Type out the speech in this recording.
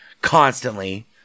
Constantly